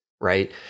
right